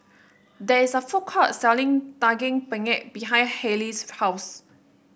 there is a food court selling Daging Penyet behind Hailee's house